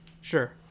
Sure